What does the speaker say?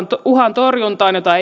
uhan torjuntaan jota